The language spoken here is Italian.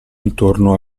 intorno